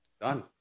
Done